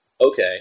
Okay